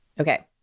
Okay